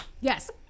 Yes